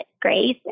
grace